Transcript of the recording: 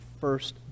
first